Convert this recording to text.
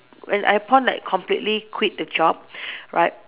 when I upon like completely quit the job right